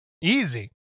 easy